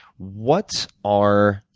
what are